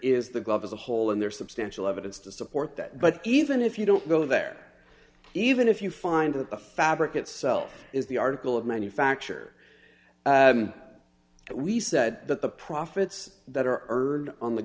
is the glove as a whole and there's substantial evidence to support that but even if you don't go there even if you find that the fabric itself is the article of manufacture we said that the profits that are earned on the